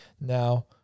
Now